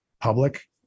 public